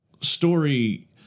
story